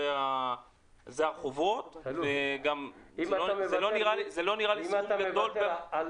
זה לא נראה לי סכום גדול --- אם אתה מוותר על